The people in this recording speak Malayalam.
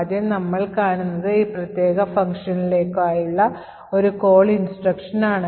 ആദ്യം നമ്മൾ കാണുന്നത് ഈ പ്രത്യേക ഫംഗ്ഷനിലേക്കുള്ള ഒരു call instruction ആണ്